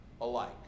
alike